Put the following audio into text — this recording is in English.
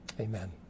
Amen